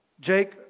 Jake